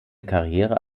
karriere